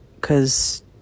cause